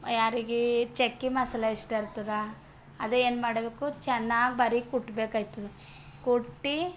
ಯಾರಿಗೆ ಚಕ್ಕೆ ಮಸಾಲೆ ಇಷ್ಟ ಇರ್ತದ ಅದೆ ಏನು ಮಾಡಬೇಕು ಚೆನ್ನಾಗಿ ಬರೀಕ್ ಕುಟ್ಟಬೇಕು ಆಯ್ತದ ಕುಟ್ಟಿ